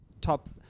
top